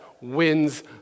wins